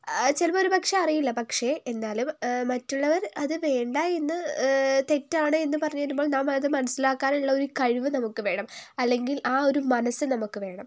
ചിലപ്പോൾ ഒരു പക്ഷേ അറിയില്ല പക്ഷേ എന്നാലും മറ്റുള്ളവർ അത് വേണ്ട എന്ന് തെറ്റാണ് എന്ന് പറഞ്ഞ് തരുമ്പോൾ നാം അത് മനസ്സിലാക്കാനുള്ള ഒരു കഴിവ് നമുക്കുവേണം അല്ലെങ്കിൽ ആ ഒരു മനസ്സ് നമുക്കുവേണം